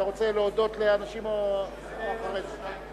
אתה רוצה להודות לאנשים, או אחרי זה?